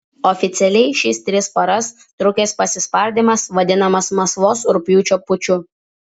oficialiai šis tris paras trukęs pasispardymas vadinamas maskvos rugpjūčio puču